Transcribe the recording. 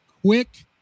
quick